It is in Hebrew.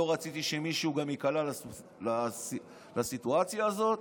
וגם לא רציתי שמישהו ייקלע לסיטואציה הזאת.